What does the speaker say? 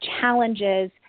challenges